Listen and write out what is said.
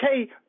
okay